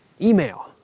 Email